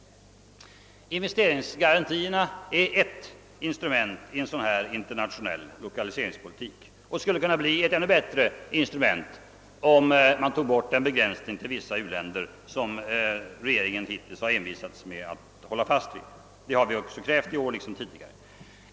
Investeringsgarantierna är ett instrument i en sådan internationell lokaliseringspolitik, och det skulle kunna bli ett ännu bättre instrument om man tog bort den begränsning till vissa u-länder som regeringen hittills har envisats med att hålla fast vid — det har vi också krävt i år liksom tidigare.